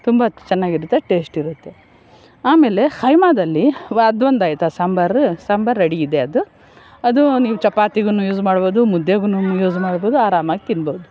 ತುಂಬ ಚೆನ್ನಾಗಿರುತ್ತೆ ಟೆಸ್ಟ್ ಇರುತ್ತೆ ಆಮೇಲೆ ಕೈಮಾದಲ್ಲಿ ಅದೊಂದು ಆಯ್ತಾ ಸಾಂಬಾರು ಸಾಂಬಾರು ರೆಡಿ ಇದೆ ಅದು ಅದು ನೀವು ಚಪಾತಿಗೂ ಯೂಸ್ ಮಾಡ್ಬೋದು ಮುದ್ದೆಗೂ ಯೂಸ್ ಮಾಡ್ಬೋದು ಆರಾಮಾಗಿ ತಿನ್ಬೋದು